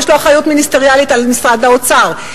יש לו אחריות מיניסטריאלית על משרד האוצר,